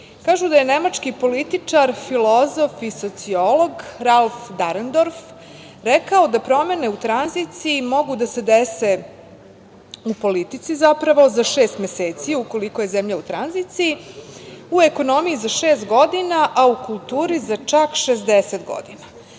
kažu da je nemački političar, filozof i sociolog Ralf Darendorf rekao da promene u tranziciji mogu da se dese u politici, zapravo, za šest meseci ukoliko je zemlja u tranziciji, u ekonomiji za šest godina, a u kulturi za čak 60